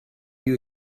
you